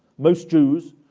most jews,